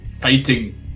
fighting